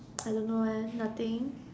I don't know eh nothing